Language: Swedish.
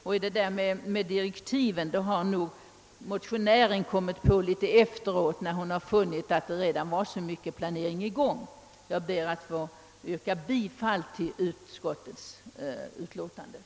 Och det där med målsättningen har nog motionären kommit på efteråt, när hon funnit att så mycken planering redan pågick. Jag ber att få yrka bifall till utskottets hemställan.